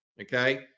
okay